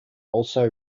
also